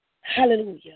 Hallelujah